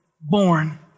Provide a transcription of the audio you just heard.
born